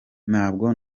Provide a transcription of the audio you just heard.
ntabwo